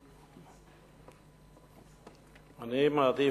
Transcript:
אני מעדיף,